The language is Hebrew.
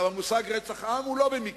המושג רצח עם הוא לא במקרה.